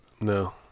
no